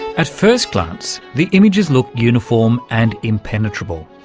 at first glance the images look uniform and impenetrable,